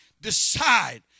decide